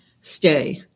stay